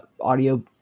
audio